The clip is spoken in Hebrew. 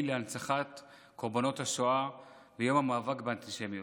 להנצחת קורבנות השואה ויום המאבק באנטישמיות.